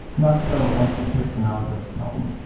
not so once you've fixed the malleability problem.